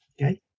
okay